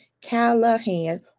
Callahan